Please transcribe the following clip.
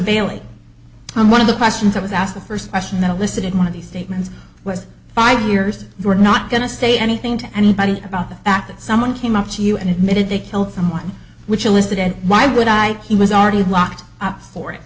bailey and one of the questions i was asked the first question that elicited one of these statements was five years we're not going to say anything to anybody about the fact that someone came up to you and admitted they killed someone which elicited why would i he was already locked up for it